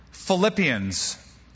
Philippians